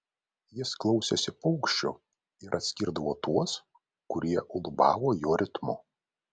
jis klausėsi paukščių ir atskirdavo tuos kurie ulbavo jo ritmu